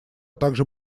также